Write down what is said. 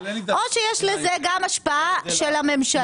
או שיש לזה גם השפעה של הממשלה.